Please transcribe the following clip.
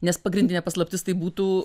nes pagrindinė paslaptis tai būtų